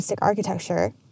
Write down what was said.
architecture